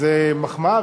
זו מחמאה,